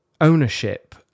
ownership